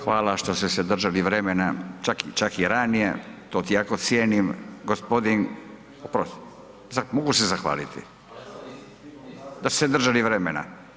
Hvala što ste se držali vremena, čak, čak i ranije, to ti jako cijenim, gospodin, oprostite, mogu se zahvaliti da ste se držali vremena.